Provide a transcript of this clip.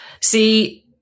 see